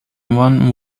one